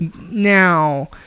Now